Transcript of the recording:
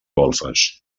golfes